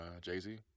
Jay-Z